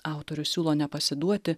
autorius siūlo nepasiduoti